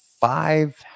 five